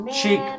cheek